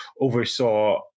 oversaw